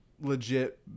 legit